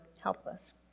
helpless